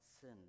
sin